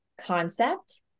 concept